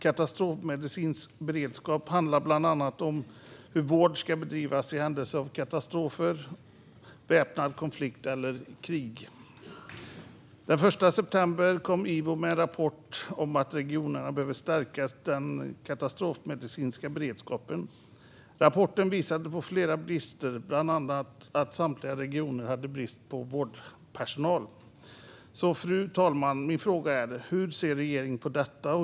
Katastrofmedicinsk beredskap handlar bland annat om hur vård ska bedrivas i händelse av katastrofer, väpnad konflikt eller krig. Den 1 september kom Ivo med en rapport om att regionerna behöver stärka den katastrofmedicinska beredskapen. Rapporten visade på flera brister. Bland annat hade samtliga regioner brist på vårdpersonal. Fru talman! Min fråga är: Hur ser regeringen på detta?